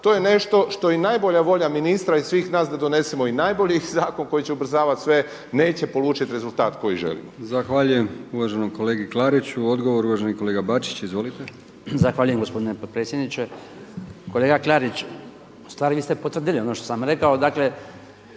to je nešto što i najbolja volja ministra i svih nas da donesemo i najbolji zakon koji će ubrzavati sve neće polučiti rezultat koji želimo. **Brkić, Milijan (HDZ)** Zahvaljujem uvaženom kolegi Klariću. Odgovor uvaženi kolega Bačić. Izvolite. **Bačić, Branko (HDZ)** Zahvaljujem gospodine potpredsjedniče. Kolega Klarić, ustvari vi ste potvrdili ono što sam rekao.